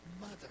mother